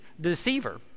deceiver